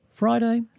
Friday